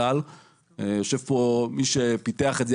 יושב פה מי שפיתח את זה,